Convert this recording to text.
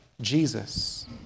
Jesus